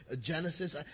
Genesis